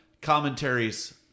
commentaries